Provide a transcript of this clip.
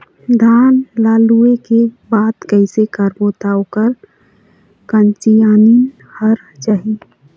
धान ला लुए के बाद कइसे करबो त ओकर कंचीयायिन हर जाही?